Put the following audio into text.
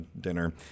dinner